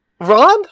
Ron